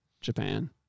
Japan